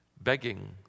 begging